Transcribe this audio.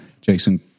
Jason